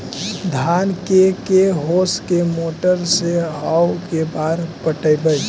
धान के के होंस के मोटर से औ के बार पटइबै?